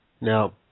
Now